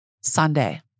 Sunday